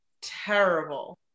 terrible